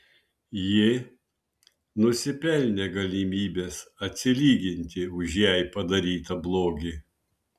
ji nusipelnė galimybės atsilyginti už jai padarytą blogį